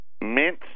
mint